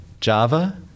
Java